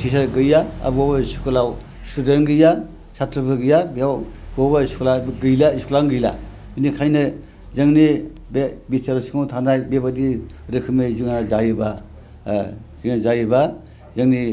teacher गैया आर बबेबा बबेबा स्कुलाव स्टुडेन गैया साथ्रफोर गैया बेयाव बबेबा बबेबा स्कुलानो गैला बिनिखायनो जोंनि बे बिटिआरनि सिङाव थानाय बेबादि रोखोमनि जोंहा जायोब्ला जोंनि